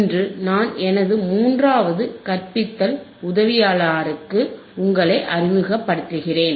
இன்று நான் எனது மூன்றாவது கற்பித்தல் உதவியாளருக்கு உங்களை அறிமுகப்படுத்துவேன்